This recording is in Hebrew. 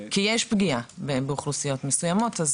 כי יש פגיעה באוכלוסיות מסוימות.